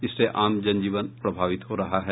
इससे आम जनजीवन प्रभावित हो रहा है